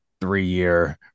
three-year